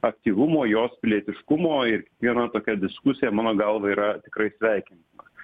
aktyvumo jos pilietiškumo ir kiekviena tokia diskusija mano galva yra tikrai sveikintina